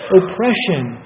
oppression